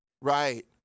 right